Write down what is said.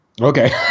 Okay